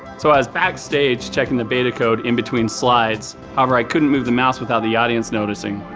so, i was backstage checking the beta code in between slides. however, i couldn't move the mouse without the audience noticing.